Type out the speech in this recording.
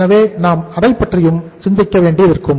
எனவே நாம் அதைப்பற்றியும் சிந்திக்க வேண்டியதிருக்கும்